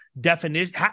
definition